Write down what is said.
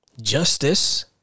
justice